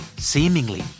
Seemingly